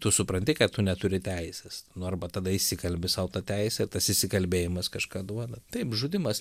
tu supranti kad tu neturi teisės nu arba tada įsikalbi sau tą teisę ir tas įsikalbėjimas kažką duoda taip žudymas